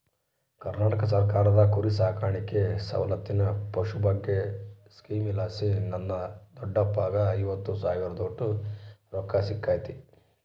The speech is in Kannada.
ಕರ್ನಾಟಕ ಸರ್ಕಾರದ ಕುರಿಸಾಕಾಣಿಕೆ ಸೌಲತ್ತಿಗೆ ಪಶುಭಾಗ್ಯ ಸ್ಕೀಮಲಾಸಿ ನನ್ನ ದೊಡ್ಡಪ್ಪಗ್ಗ ಐವತ್ತು ಸಾವಿರದೋಟು ರೊಕ್ಕ ಸಿಕ್ಕತೆ